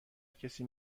کسی